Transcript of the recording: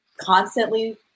constantly –